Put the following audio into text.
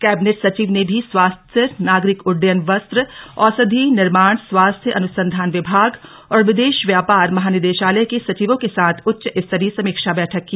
cabinet सचिव ने भी स्वास्थ्य नागरिक उड्डयन वस्त्र औषधि निर्माण स्वास्थ्य अनुसंधान विभाग और विदेश व्यापार महानिदेशालय के सचिवों के साथ उच्चस्तरीय समीक्षा बैठक की